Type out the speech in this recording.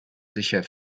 sicher